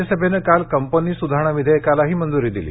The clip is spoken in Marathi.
राज्यसभेनं काल कंपनी सुधारणा विधेयकालाही मंजुरी दिली